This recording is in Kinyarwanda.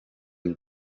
bwo